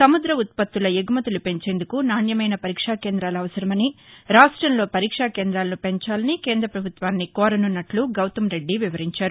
సముద్ధ ఉత్పత్తుల ఎగుమతులు పెంచేందుకు నాణ్యమైన పరీక్షా కేంద్రాలు అవసరమని రాష్టంలో పరీక్షా కేంద్రాలను పెంచాలని కేంద్రపభుత్వాన్ని కోరనున్నట్లు గౌతంరెడ్డి వివరించారు